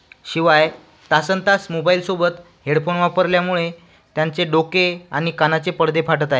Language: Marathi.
शिवाय तासन् तास मोबाईलसोबत हेडफोन वापरल्यामुळे त्यांचे डोके आणि कानाचे पडदे फाटत आहेत